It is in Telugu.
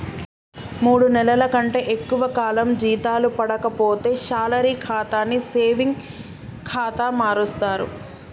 మూడు నెలల కంటే ఎక్కువ కాలం జీతాలు పడక పోతే శాలరీ ఖాతాని సేవింగ్ ఖాతా మారుస్తరు